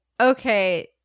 okay